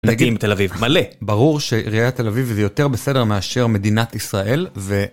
דתיים תל אביב, מלא. ברור שעיריית תל אביב היא יותר בסדר מאשר מדינת ישראל ו...